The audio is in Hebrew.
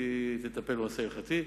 שהיא תטפל בנושא ההלכתי.